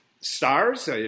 stars